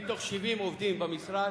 מ-70 עובדים במשרד,